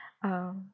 um